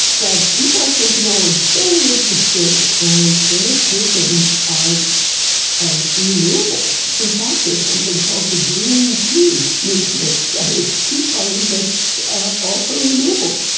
the people i came to know are very interested and very approving of ah renewables. in fact, there's something called the green tea movement that is a tea party that's ah all for renewables.